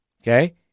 Okay